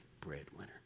breadwinner